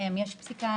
יש פסיקה,